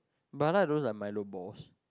mala don't like Milo boss